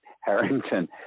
Harrington